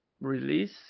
release